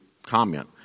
comment